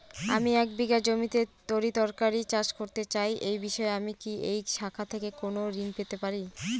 আমি এক বিঘা জমিতে তরিতরকারি চাষ করতে চাই এই বিষয়ে আমি কি এই শাখা থেকে কোন ঋণ পেতে পারি?